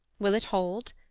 will it hold?